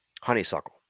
honeysuckle